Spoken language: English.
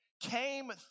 came